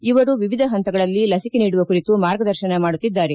ಇವರು ವಿವಿಧ ಪಂತಗಳಲ್ಲಿ ಲಸಿಕೆ ನೀಡುವ ಕುರಿತು ಮಾರ್ಗದರ್ಶನ ಮಾಡುತ್ತಿದ್ದಾರೆ